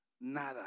nada